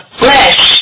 flesh